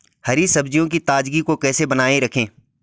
हरी सब्जियों की ताजगी को कैसे बनाये रखें?